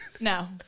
No